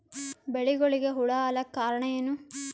ಬೆಳಿಗೊಳಿಗ ಹುಳ ಆಲಕ್ಕ ಕಾರಣಯೇನು?